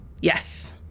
Yes